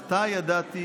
עתה ידעתי